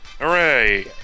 hooray